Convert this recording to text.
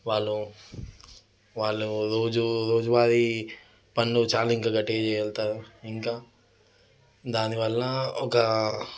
వాళ్ళు వాళ్ళు రోజూ రోజువారీ పనులు చాలా ఇంకా గట్టిగా చేయగలుగుతారు ఇంకా దానివల్ల ఒక